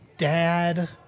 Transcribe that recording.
Dad